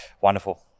wonderful